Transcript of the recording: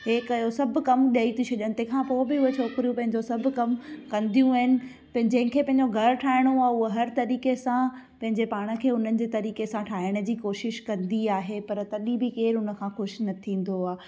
इहो कयो सभु कमु ॾेई थियूं छॾनि तंहिं खां पोइ बि उहा छोकिरियूं पंहिंजो सभु कमु कंदियूं आहिनि पै जंहिंखे पंहिंजो घर ठाहिणो आहे उहा हर तरीक़े सां पंहिंजे पाण खे उन्हनि जे तरीक़े सां ठाहिण जी कोशिशि कंदी आहे पर तॾहिं बि केर हुन खां ख़ुशि न थींदो आहे